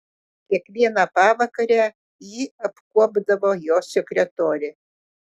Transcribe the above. kiekvieną pavakarę jį apkuopdavo jo sekretorė